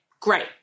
Great